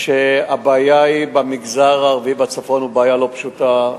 שהבעיה במגזר הערבי בצפון היא בעיה לא פשוטה.